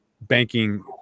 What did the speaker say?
banking